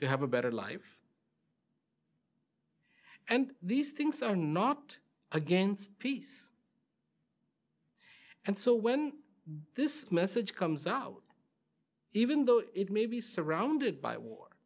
to have a better life and these things are not against peace and so when this message comes out even though it may be surrounded by war